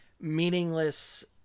meaningless